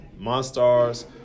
Monstars